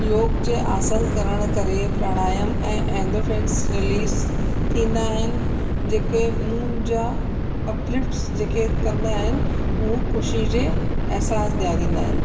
योग जे आसन करण करे प्रणायाम ऐं एंदोफ्रेंस रिलीज थींदा आहिनि जेके मून जा अप्लिफिट्स जेके कंदा आहिनि उहो ख़ुशी जे अहसासु ॾियारींदा आहिनि